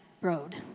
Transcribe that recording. road